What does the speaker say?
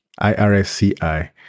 IRSCI